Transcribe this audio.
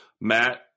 Matt